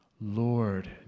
Lord